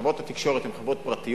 חברות התקשורת הן חברות פרטיות,